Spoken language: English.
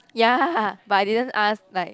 ya but I didn't ask like